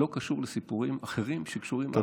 לא קשור לסיפורים אחרים שקשורים לפגיעה באנשים אחרים.